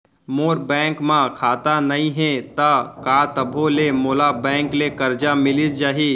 मोर bank म खाता नई हे त का तभो ले मोला बैंक ले करजा मिलिस जाही?